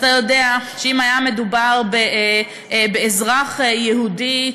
אתה יודע שאם היה מדובר באזרח יהודי,